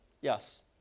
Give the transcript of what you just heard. Yes